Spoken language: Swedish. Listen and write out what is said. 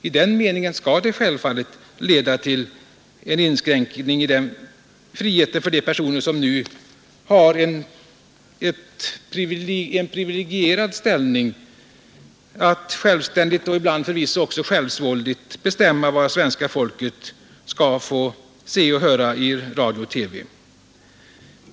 I den meningen skall de självfallet leda till en inskränkning i friheten för de personer som nu har en privilegierad ställning att självständigt och ibland förvisso också självsvåldigt bestämma vad svenska folket skall få se och höra i radio och TV.